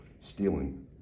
stealing